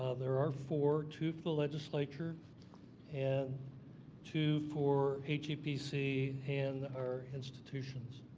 ah there are four two for the legislature and two for atcp and our institutions.